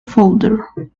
folder